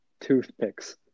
Toothpicks